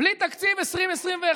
בלי תקציב 2021,